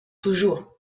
toujours